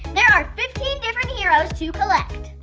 there are fifteen different heroes to collect!